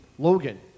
Logan